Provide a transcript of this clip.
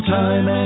time